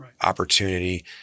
Opportunity